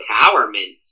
empowerment